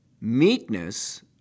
meekness